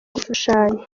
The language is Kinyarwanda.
gushushanya